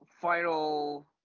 final